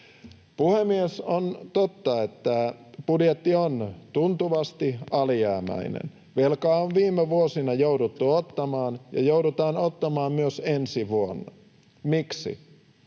Puhemies! On totta, että budjetti on tuntuvasti alijäämäinen. Velkaa on viime vuosina jouduttu ottamaan ja joudutaan ottamaan myös ensi vuonna. Miksi?